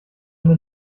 eine